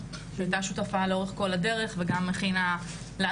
שהייתה שותפה לאורך כל הדרך וגם הכינה לנו